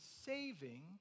saving